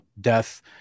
death